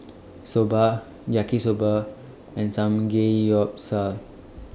Soba Yaki Soba and Samgeyopsal